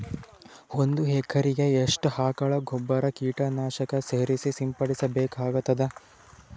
ಒಂದು ಎಕರೆಗೆ ಎಷ್ಟು ಆಕಳ ಗೊಬ್ಬರ ಕೀಟನಾಶಕ ಸೇರಿಸಿ ಸಿಂಪಡಸಬೇಕಾಗತದಾ?